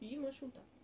you eat mushroom tak